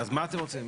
אז מה אתם רוצים?